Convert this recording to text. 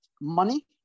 money